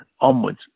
onwards